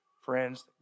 Friends